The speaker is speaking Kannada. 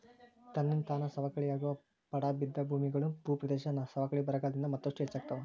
ತನ್ನಿಂತಾನ ಸವಕಳಿಯಾಗೋ ಪಡಾ ಬಿದ್ದ ಭೂಮಿಗಳು, ಭೂಪ್ರದೇಶದ ಸವಕಳಿ ಬರಗಾಲದಿಂದ ಮತ್ತಷ್ಟು ಹೆಚ್ಚಾಗ್ತಾವ